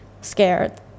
scared